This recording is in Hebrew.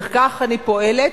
וכך אני פועלת,